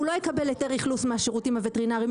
הוא לא יקבל היתר אכלוס מהשירותים הווטרינרים,